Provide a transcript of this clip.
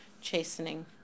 chastening